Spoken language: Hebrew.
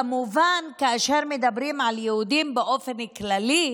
כמובן, כאשר מדברים על יהודים באופן כללי,